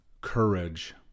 courage